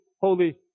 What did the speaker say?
holy